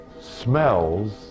smells